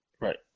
Right